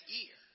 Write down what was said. ear